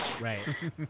Right